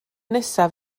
nesaf